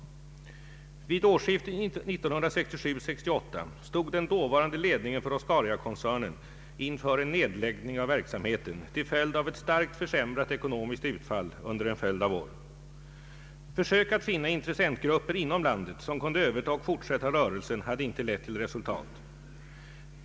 Vid årsskiftet 1967/68 stod den dåvarande ledningen för Oscariakoncernen inför en nedläggning av verksamheten till följd av ett starkt försämrat ekonomiskt utfall under en följd av år. Försök att finna intressentgrupper inom landet som kunde överta och fortsätta rörelsen hade inte lett till resultat.